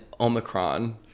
omicron